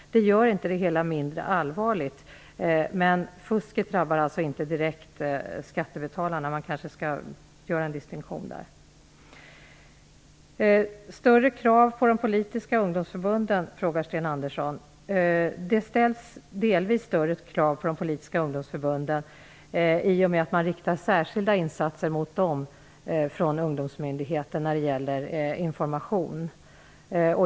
Det gör inte det hela mindre allvarligt, men fusket drabbar alltså inte direkt skattebetalarna. Det kanske behövs en distinktion i detta avseende. Sten Andersson frågar om man skall ställa större krav på de politiska ungdomsförbunden än andra. Det ställs delvis större krav på de politiska ungdomsförbunden i och med att ungdomsmyndigheten riktar särskilda insatser mot dessa när det gäller information.